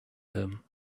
him